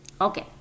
Okay